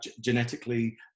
genetically